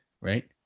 Right